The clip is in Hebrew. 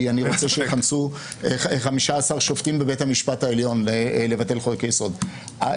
כי אני רוצה שיכנסו 15 שופטים בבית המשפט העליון לבטל חקיקה רגילה.